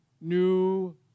new